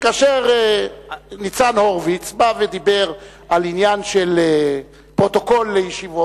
שכאשר ניצן הורוביץ בא ודיבר על עניין של פרוטוקול ישיבות,